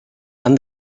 han